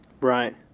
right